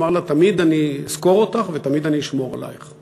אמר לה: תמיד אני אזכור אותך ותמיד אני אשמור עלייך.